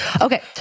Okay